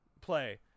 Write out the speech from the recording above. play